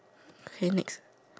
okay next